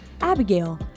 Abigail